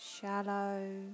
Shallow